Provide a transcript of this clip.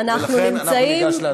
ולכן אנחנו ניגש להצבעה.